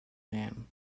man